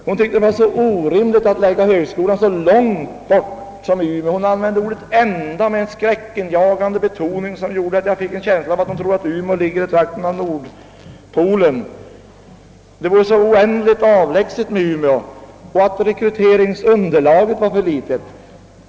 Hon tyckte det var så »orimligt» att lägga högskolan »så långt bort» som »ända i Umeå». Hon uttalade ordet »ända» med en skräckinjagande betoning, som ingav mig en känsla av att hon tror att Umeå ligger i närheten av nordpolen. Umeå vore enligt fröken Olsson »så oändligt avlägset», och rekryteringsunderlaget blir alldeles för litet.